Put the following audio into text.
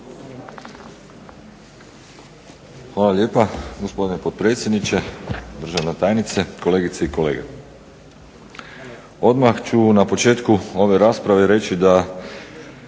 Hvala lijepa gospodine potpredsjedniče, državna tajnice, kolegice i kolege. Odmah ću na početku ove rasprave reći da